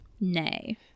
nay